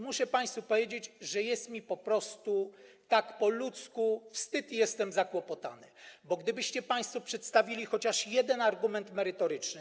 Muszę państwu powiedzieć, że jest mi tak po ludzku po prostu wstyd i jestem zakłopotany, bo gdybyście państwo przedstawili chociaż jeden argument merytoryczny.